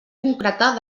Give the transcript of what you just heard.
concretar